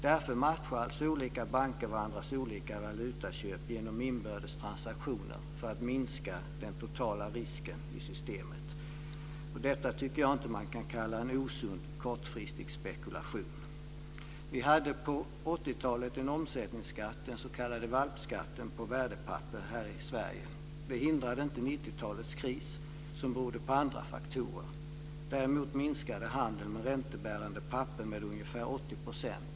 Därför matchar olika banker varandras olika valutaköp genom inbördes transaktioner för att minska den totala risken i banksystemet. Detta tycker jag inte att man kan kalla för osund kortfristig spekulation. På 80-talet hade vi i Sverige en omsättningsskatt på värdepapper, den s.k. valpskatten. Detta hindrade inte 90-talets kris, som berodde på andra faktorer. Däremot minskade handeln med räntebärande papper med ungefär 80 %.